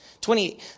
Twenty